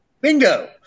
bingo